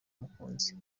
umukunzi